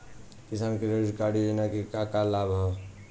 किसान credit card योजना के का का लाभ ह?